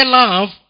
love